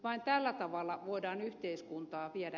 vain tällä tavalla voidaan yhteiskuntaa viedä